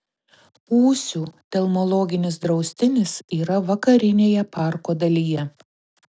ūsių telmologinis draustinis yra vakarinėje parko dalyje